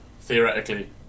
theoretically